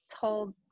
told